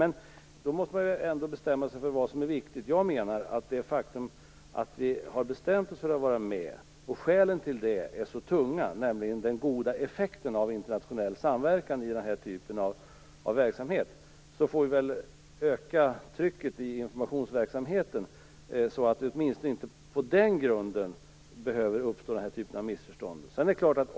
Men man måste ändå bestämma sig för vad som är viktigt. Faktum är att vi har bestämt oss för att vara med. Skälen till det är tunga, nämligen den goda effekten av internationell samverkan i den här typen av verksamhet. Vi får väl öka trycket i informationsverksamheten så att det åtminstone inte på den grunden behöver uppstå en sådan här typ av missförstånd.